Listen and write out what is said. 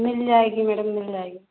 मिल जाएगी मैडम मिल जाएगी